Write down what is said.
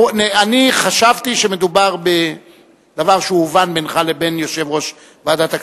אני חשבתי שמדובר בדבר שהובן בינך לבין יושב-ראש ועדת הכספים.